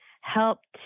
helped